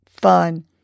fun